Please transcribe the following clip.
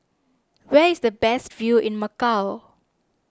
where is the best view in Macau